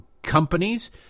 Companies